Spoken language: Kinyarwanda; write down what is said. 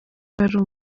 yari